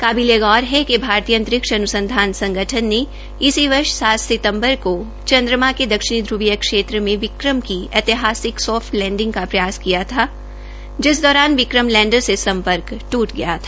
काबिलेगौर है कि भारतीय अंतरिक्ष अन्संधान संगठन ने इसी वर्ष सात सितम्बर को चन्द्रमा के दक्षिण घ्रवीय क्षेत्र में विक्रम की ऐतिहासिक सोफ्ट लैंडिंग का प्रयास किया था जिस दौरान विक्रम लैंडर से सम्पर्क टूट गया था